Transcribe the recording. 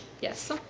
Yes